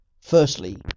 Firstly